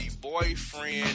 boyfriend